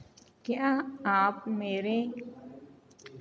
क्या आप मेरे